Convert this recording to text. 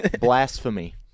Blasphemy